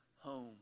home